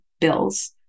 bills